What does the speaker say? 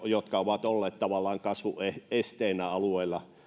jotka ovat olleet tavallaan kasvuesteenä alueella